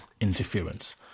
interference